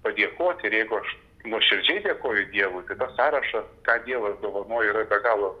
padėkoti ir jeigu aš nuoširdžiai dėkoju dievui tai tas sąrašą ką dievas dovanoja yra be galo